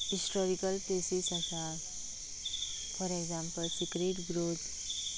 historical places आसा for example sacred grows